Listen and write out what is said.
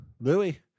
Louis